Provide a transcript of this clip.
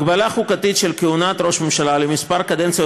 הגבלה חוקתית של כהונת ראש ממשלה למספר קדנציות